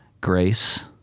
grace